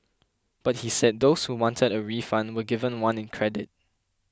but he said those who wanted a refund were given one in credit